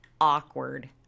awkward